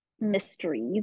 mysteries